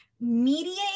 Mediate